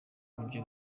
uburyo